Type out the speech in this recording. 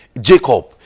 Jacob